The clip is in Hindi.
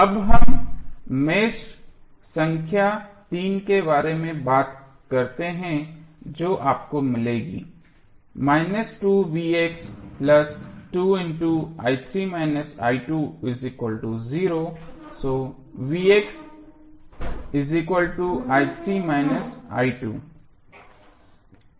अब हम मेष संख्या तीन के बारे में बात करते हैं जो आपको मिलेगी